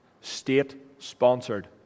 state-sponsored